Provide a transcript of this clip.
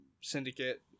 syndicate